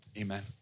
amen